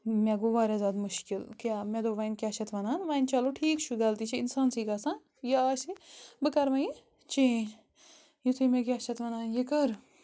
مےٚ گوٚو وارِیاہ زیادٕ مُشکِل کیٛاہ مےٚ دوٚپ وۄنۍ کیٛاہ چھِ اتھ وَنان وۄنۍ چَلو ٹھیٖک چھُ غلطی چھِ اِنساسٕے گَژھان یہِ آسہِ بہٕ کرٕ وۄنۍ یہِ چینٛج یُتھٕے مےٚ کیٛاہ چھِ اتھ وَنان یہِ کٔر